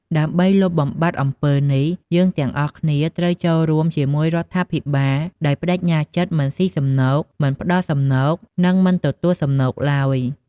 ដើម្បីលុបបំបាត់អំពើនេះ យើងទាំងអស់គ្នាត្រូវចូលរួមជាមួយរដ្ឋាភិបាល ដោយប្ដេជ្ញាចិត្តមិនស៊ីសំណូក មិនផ្ដល់សំណូក និងមិនទទួលសំណូកឡើយ។